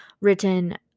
written